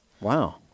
Wow